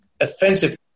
Offensive